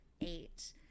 eight